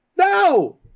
No